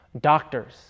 doctors